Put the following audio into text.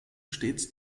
stets